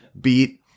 beat